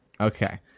okay